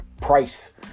price